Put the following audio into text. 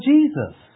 Jesus